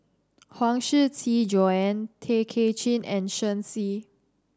Huang Shiqi Joan Tay Kay Chin and Shen Xi